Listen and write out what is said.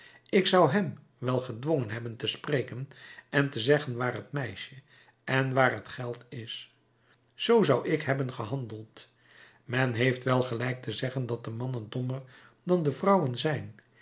ik zou hem wel gedwongen hebben te spreken en te zeggen waar het meisje en waar het geld is zoo zou ik hebben gehandeld men heeft wel gelijk te zeggen dat de mannen dommer dan de vrouwen zijn